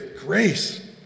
Grace